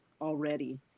already